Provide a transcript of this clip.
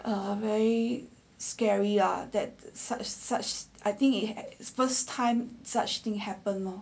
a very scary lah that such such I think it had its first time such thing happen loh